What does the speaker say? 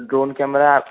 drone camera